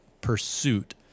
pursuit